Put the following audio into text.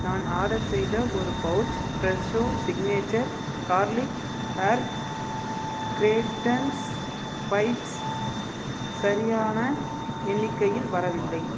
நான் ஆடர் செய்த ஒரு pouch Fresho signature garlic herb croutons bites சரியான எண்ணிக்கையில் வரவில்லை